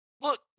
Look